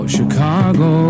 Chicago